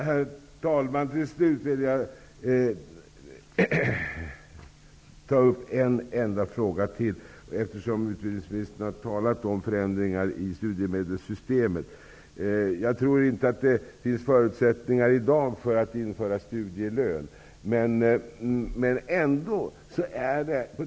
Herr talman! Avslutningsvis vill jag ta upp ytterligare en fråga, eftersom utbildningsministern har talat om förändringar i studiemedelssystemet. Jag tror inte att det finns förutsättningar för att införa studielön i dag.